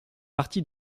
parti